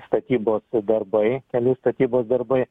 statybos darbai kelių statybos darbai